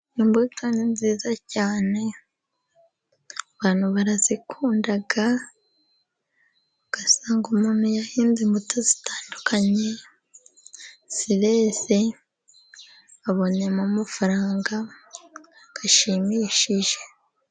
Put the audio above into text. Imbuto ni nziza cyane. Abantu barazikunda, ugasanga umuntu yahinze imbuto zitandukanye, zireze abonyemo amafaranga ashimishije.